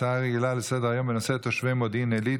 הצעה רגילה לסדר-היום בנושא: תושבי מודיעין עילית,